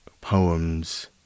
poems